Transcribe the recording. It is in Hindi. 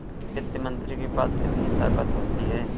वित्त मंत्री के पास कितनी ताकत होती है?